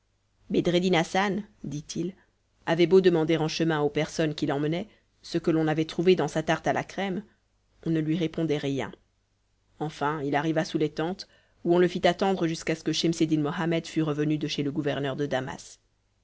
bedreddin hassan dit-il avait beau demander en chemin aux personnes qui l'emmenaient ce que l'on avait trouvé dans sa tarte à la crème on ne lui répondait rien enfin il arriva sous les tentes où on le fit attendre jusqu'à ce que schemseddin mohammed fût revenu de chez le gouverneur de damas